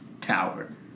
tower